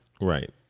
Right